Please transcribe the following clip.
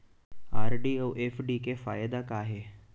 RD अऊ FD के फायेदा का हे?